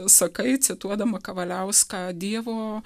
sakai cituodama kavaliauską dievo